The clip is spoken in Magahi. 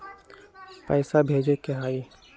पैसा भेजे के हाइ?